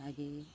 ಹಾಗೆಯೇ